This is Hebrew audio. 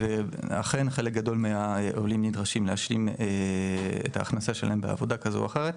אכן חלק גדול מהעולים נדרשים להשלים את ההכנסה שלהם בעבודה כזו או אחרת.